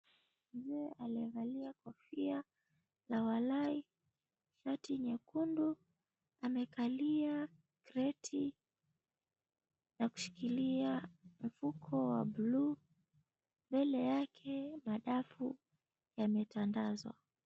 Mzee aliyevalia kofia la walahi, shati nyekundu amekalia kreti na kushikilia mfuko wa blue mbele yake madafu yametandazwa.